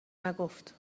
نگفت